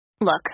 Look